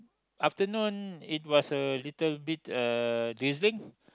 afternoon it was a little bit uh drizzling